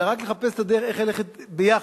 אלא רק לחפש את הדרך איך ללכת יחד,